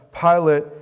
Pilate